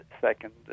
second